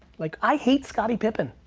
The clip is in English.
like i hate scotty pippin.